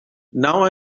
now